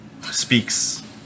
speaks